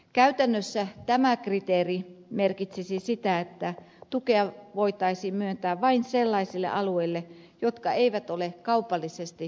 käytännössä tämä kriteeri merkitsisi sitä että tukea voitaisiin myöntää vain sellaisille alueille jotka eivät ole kaupallisesti kiinnostavia